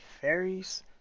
fairies